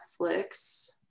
Netflix